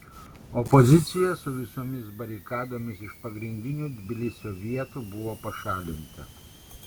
opozicija su visomis barikadomis iš pagrindinių tbilisio vietų buvo pašalinta